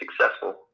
successful